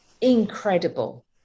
incredible